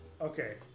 Okay